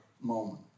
moment